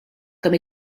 comme